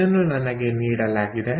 ಇದನ್ನು ನನಗೆ ನೀಡಲಾಗಿದೆ